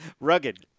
Rugged